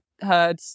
Heard